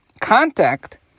contact